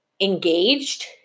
engaged